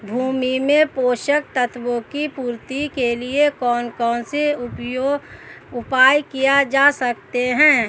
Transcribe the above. भूमि में पोषक तत्वों की पूर्ति के लिए कौन कौन से उपाय किए जा सकते हैं?